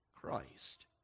Christ